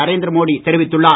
நரேந்திர மோடி தெரிவித்துள்ளார்